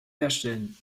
herstellen